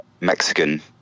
Mexican